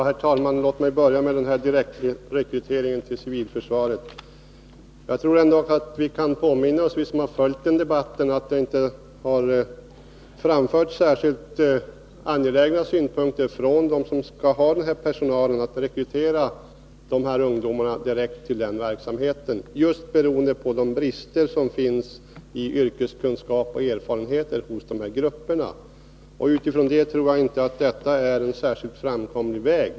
Herr talman! Låt mig börja med frågan om direktrekrytering till civilförsvaret. Jag tror att vi som följt debatten kan påminna oss att det inte har framförts särskilt starka önskemål från dem som skall ha personalen om att rekrytera ungdomar direkt till den verksamheten — just beroende på de brister som finns i yrkeskunskap och erfarenhet hos dessa grupper. Jag tror inte att detta är en särskilt framkomlig väg.